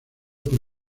por